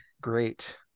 great